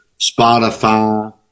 Spotify